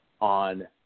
on